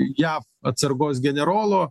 jav atsargos generolo